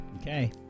okay